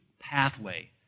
pathway